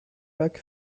lac